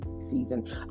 season